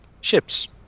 ships